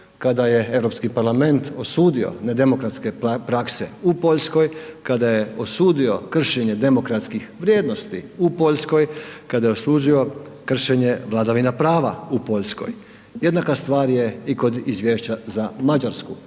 kada je Europski parlament osudio nedemokratske prakse u Poljskoj, kada je osudio kršenje demokratskih vrijednosti u Poljskoj, kada je osudio kršenje vladavine prava u Poljskoj. Jednaka stvar je i kod izvješća za Mađarsku